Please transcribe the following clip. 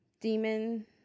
demon